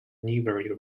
newbury